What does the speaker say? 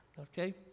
okay